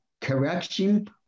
Correction